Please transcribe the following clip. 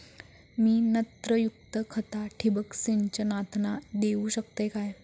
मी नत्रयुक्त खता ठिबक सिंचनातना देऊ शकतय काय?